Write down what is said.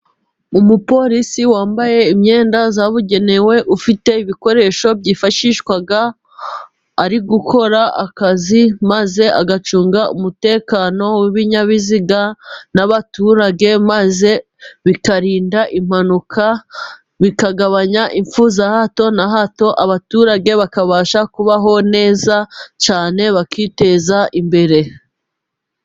Umupolisi wambaye imyenda yabugenewe, ufite ibikoresho byifashishwa ari gukora akazi, maze agacunga umutekano w'ibinyabiziga n'abaturage, maze bikarinda impanuka, bikagabanya imfu za hato na hato, abaturage bakabasha kubaho neza cyane, bakiteza imbere.